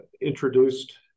introduced